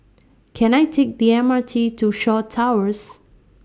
Can I Take The M R T to Shaw Towers